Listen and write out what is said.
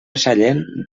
sallent